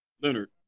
Leonard